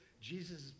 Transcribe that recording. Jesus